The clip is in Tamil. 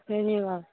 இதுலேவா